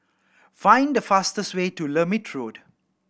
find the fastest way to Lermit Road